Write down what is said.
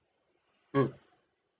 mm